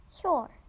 Sure